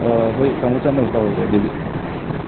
ꯍꯣꯏ ꯇꯥꯃꯣ ꯆꯠꯅꯕ ꯇꯧꯔꯁꯦ ꯑꯗꯨꯗꯤ